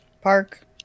Park